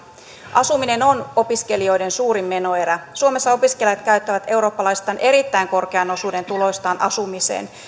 asuminen on opiskelijoiden suurin menoerä suomessa opiskelijat käyttävät eurooppalaisittain erittäin korkean osuuden tuloistaan asumiseen